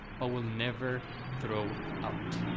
but will never throw out.